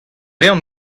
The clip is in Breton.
reont